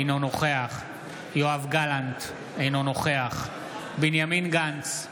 אינו נוכח יואב גלנט, אינו נוכח בנימין גנץ,